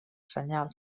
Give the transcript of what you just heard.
senyal